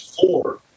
four